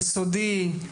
יסודי,